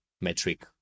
metric